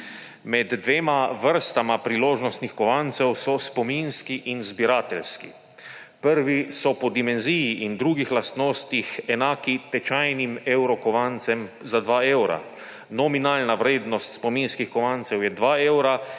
Med dvema vrstama priložnostnih kovancev so spominski in zbirateljski. Prvi so po dimenziji in drugih lastnostih enaki tečajnim evrokovancem za dva evra, nominalna vrednost spominskih kovancev je 2 evra